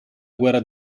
guerra